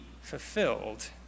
fulfilled